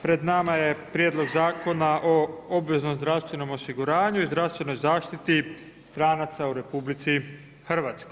Pred nama je Prijedlog zakona o obveznom zdravstvenom osiguranju i zdravstvenoj zaštiti stranaca u RH.